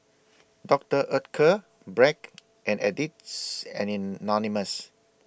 Doctor Oetker Bragg and Addicts Anonymous